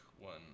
one